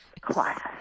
class